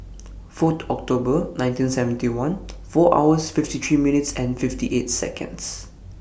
Fourth October nineteen seventy one four hours fifty three minutes and fifty eight Seconds